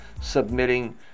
submitting